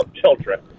children